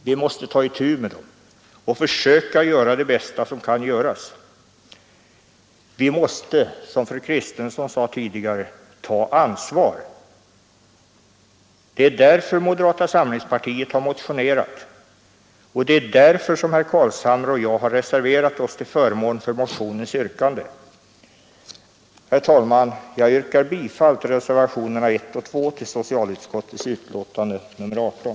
Vi måste ta itu med dem och försöka göra det bästa som kan göras. Vi måste, som fru Kristensson sade tidigare, ta ansvar. Det är därför moderata samlingspartiet motionerat och det är därför herr Carlshamre och jag reserverat oss till förmån för motionens yrkande. Herr talman! Jag yrkar bifall till reservationerna 1 och 2 till socialutskottets betänkande nr 18.